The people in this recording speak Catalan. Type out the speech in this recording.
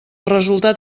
resultat